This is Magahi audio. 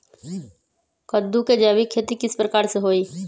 कददु के जैविक खेती किस प्रकार से होई?